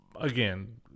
Again